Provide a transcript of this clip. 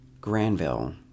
Granville